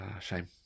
shame